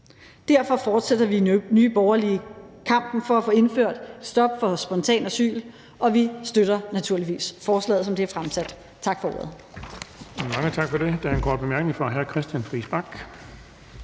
Derfor fortsætter vi i Nye Borgerlige kampen for at få indført et stop for spontant asyl, og vi støtter naturligvis forslaget, som det er fremsat. Tak for ordet.